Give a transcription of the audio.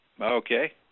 Okay